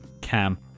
Cam